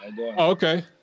Okay